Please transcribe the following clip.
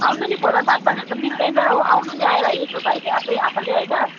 आउनु नि फोनमा बात मरेर त मिल्दैन हो आउनु नि त आएर हेर्नु भाइले आफै आँखाले होइन